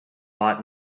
bought